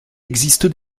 existe